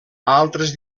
altres